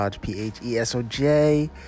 P-H-E-S-O-J